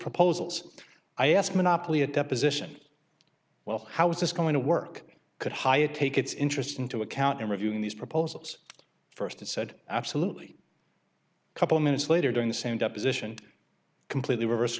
proposals i asked monopoly a deposition well how is this going to work could hiatt take its interest into account in reviewing these proposals first it said absolutely couple minutes later during the same deposition completely reverse